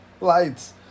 Lights